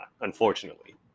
unfortunately